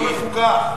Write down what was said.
ולא מפוקח.